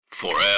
Forever